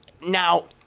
Now